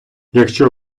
якщо